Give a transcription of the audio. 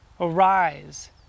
Arise